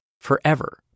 forever